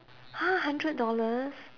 !huh! hundred dollars